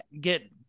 get